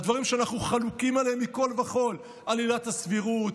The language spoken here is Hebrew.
על דברים שאנחנו חלוקים עליהם מכול וכול: על עילת הסבירות,